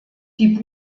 die